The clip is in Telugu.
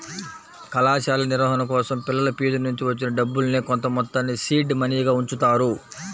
కళాశాల నిర్వహణ కోసం పిల్లల ఫీజునుంచి వచ్చిన డబ్బుల్నే కొంతమొత్తాన్ని సీడ్ మనీగా ఉంచుతారు